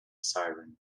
siren